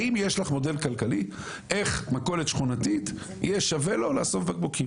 האם יש לך מודל כלכלי איך מכולת שכונתית יהיה שווה לו לאסוף בקבוקים?